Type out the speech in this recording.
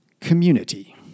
community